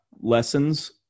lessons